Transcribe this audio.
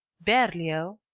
berlioz,